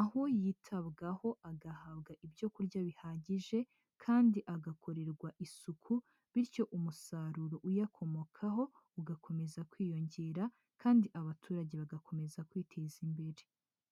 aho yitabwaho agahabwa ibyo kurya bihagije kandi agakorerwa isuku bityo umusaruro uyakomokaho ugakomeza kwiyongera kandi abaturage bagakomeza kwiteza imbere.